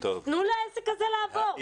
תנו לעסק הזה לעבוד.